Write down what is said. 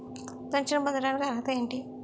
Pension పొందడానికి అర్హత ఏంటి?